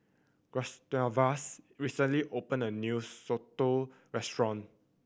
Gustavus recently opened a new soto restaurant